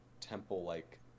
temple-like